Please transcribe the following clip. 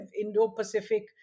Indo-Pacific